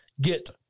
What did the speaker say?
get